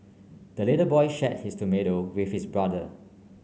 the little boy shared his tomato with his brother